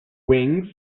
wings